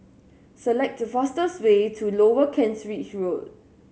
select the fastest way to Lower Kent Ridge Road